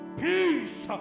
peace